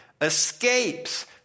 escapes